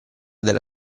della